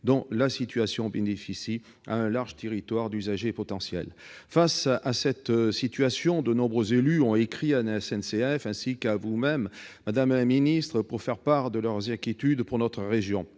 dont la situation bénéficie à un large territoire d'usagers potentiels. Face à cette situation, de nombreux élus ont écrit à la SNCF et à Mme la ministre des transports pour faire part de leurs inquiétudes pour notre région.